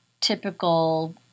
typical